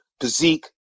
physique